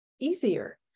easier